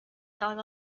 dog